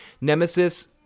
Nemesis